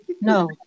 No